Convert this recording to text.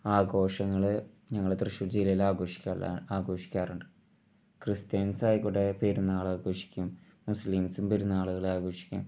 ആഘോഷങ്ങൾ ഞങ്ങൾ തൃശ്ശൂർ ജില്ലയിൽ ആഘോഷിക്കൽ ആഘോഷിക്കാറുണ്ട് ക്രിസ്ത്യൻസായിക്കോട്ടെ പെരുന്നാളാഘോഷിക്കും മുസ്ലിംസും പെരുന്നാളുകളാഘോഷിക്കും